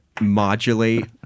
modulate